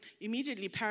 immediately